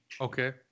Okay